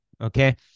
Okay